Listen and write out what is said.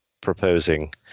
proposing